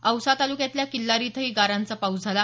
औसा तालुक्यातल्या किल्लारी इथंही गारांचा पाऊसम झाला